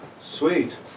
Sweet